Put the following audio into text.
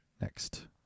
Next